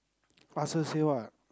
faster say what